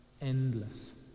endless